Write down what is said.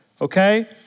okay